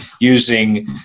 using